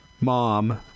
mom